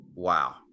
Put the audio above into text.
Wow